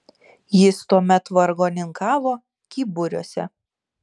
jis tuomet vargoninkavo kyburiuose